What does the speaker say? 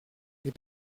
les